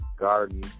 Garden